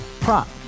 prop